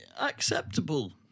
Acceptable